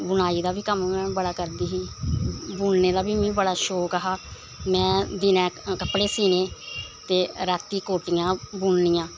बुनाई दा बी कम्म में बड़ा करदी ही बुनने दा बी मीं बड़ा शौंक हा में दिनें कपड़े सीने ते रातीं कोट्टियां बुननियां